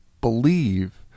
believe